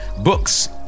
books